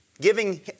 giving